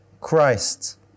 Christ